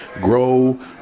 grow